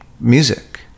Music